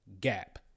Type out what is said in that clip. gap